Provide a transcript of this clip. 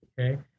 Okay